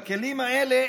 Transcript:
הכלים האלה,